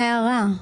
מה ההערה?